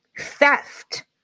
theft